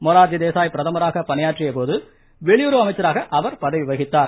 மொரார்ஜி தேசாய் பிரதமராக பணியாற்றிய போது வெளியுறவு அமைச்சராக அவர் பதவி வகித்தார்